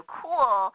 cool